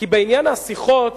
כי בעניין השיחות,